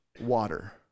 water